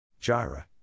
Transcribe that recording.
Jira